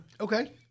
Okay